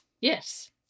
Yes